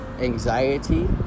anxiety